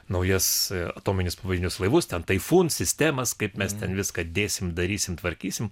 naujas atominius pavandeninius laivus ten taifūn sistemas kaip mes ten viską dėsim darysim tvarkysim